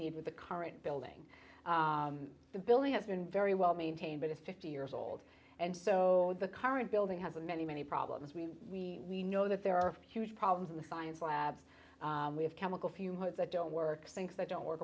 need with the current building the building has been very well maintained but it's fifty years old and so the current building has a many many problems we we know that there are huge problems in the science labs we have chemical fumes that don't work sinks they don't work